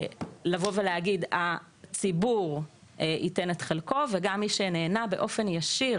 להגיד שהציבור ייתן את חלקו וגם מי שנהנה באופן ישיר